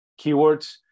keywords